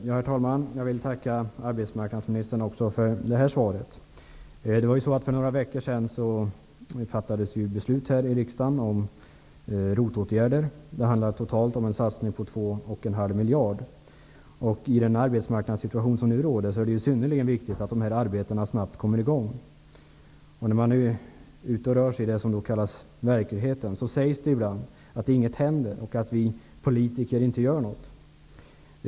Herr talman! Jag vill tacka arbetsmarknadsministern också för det här svaret. För några veckor sedan fattades ju beslut här i riksdagen om ROT-åtgärder. Det handlar om en satsning på totalt 2,5 miljarder. I den arbetsmarknadssituation som nu råder är det synnerligt viktigt att arbetena snabbt kommer i gång. ''Ute i verkligheten'' sägs det ibland att ingenting händer och att vi politiker inte gör något.